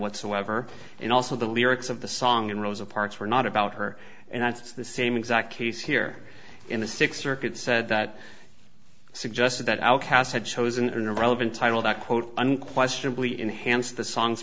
whatsoever and also the lyrics of the song and rosa parks were not about her and it's the same exact case here in the six circuit said that suggested that outcast had chosen an irrelevant title that quote unquestionably enhanced the song